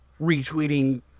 retweeting